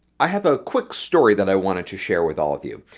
i have a quick story that i wanted to share with all of you.